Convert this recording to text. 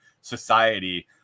society